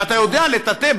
ואתה יודע לטאטא,